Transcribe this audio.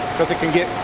because it can get.